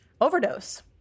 overdose